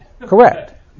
Correct